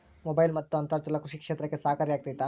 Mobile ಮತ್ತು ಅಂತರ್ಜಾಲ ಕೃಷಿ ಕ್ಷೇತ್ರಕ್ಕೆ ಸಹಕಾರಿ ಆಗ್ತೈತಾ?